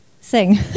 Sing